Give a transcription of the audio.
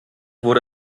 wurde